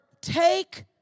take